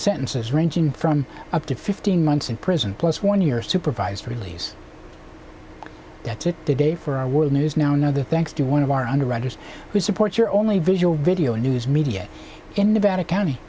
sentences ranging from up to fifteen months in prison plus one year supervised release that's it today for world news now another thanks to one of our underwriters who support your only visual video news media in nevada county